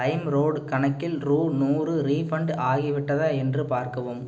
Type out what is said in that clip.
Limeroad கணக்கில் ரூ நூறு ரீஃபண்ட் ஆகிவிட்டதா என்று பார்க்கவும்